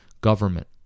government